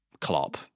Klopp